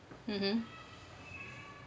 mmhmm